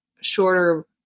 shorter